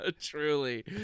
Truly